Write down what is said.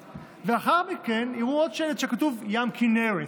ולאחר מכן יראו עוד שלט שכתוב בו: Yam Kineret,